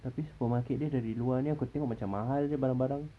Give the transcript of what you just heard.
tapi supermarket dia dari luar ni aku tengok macam mahal jer barang-barang